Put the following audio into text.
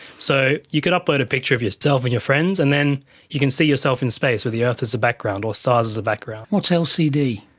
so you could upload a picture of yourself and your friends, and then you can see yourself in space with the earth as a background or stars as a background. what's lcd?